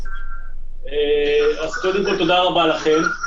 קודם כל, אני רוצה,